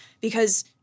Because-